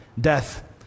death